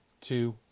two